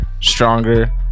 stronger